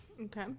Okay